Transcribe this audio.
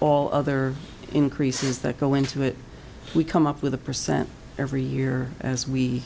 all other increases that go into it we come up with a percent every year as we